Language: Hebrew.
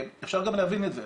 אפשר גם להבין את זה,